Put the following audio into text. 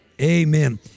Amen